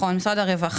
נכון, משרד הרווחה.